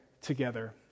together